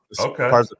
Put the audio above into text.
Okay